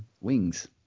wings